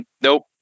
nope